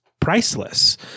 Priceless